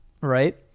right